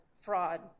fraud